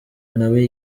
nawe